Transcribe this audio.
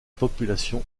population